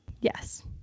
Yes